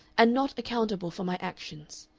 and not accountable for my actions.